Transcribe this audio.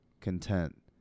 content